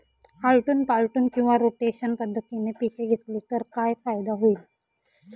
आलटून पालटून किंवा रोटेशन पद्धतीने पिके घेतली तर काय फायदा होईल?